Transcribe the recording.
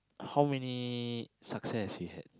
how many success we had